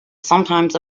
sometimes